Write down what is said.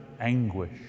anguish